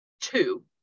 two